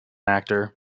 actor